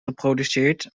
geproduceerd